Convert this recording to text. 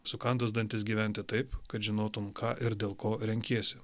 sukandus dantis gyventi taip kad žinotum ką ir dėl ko renkiesi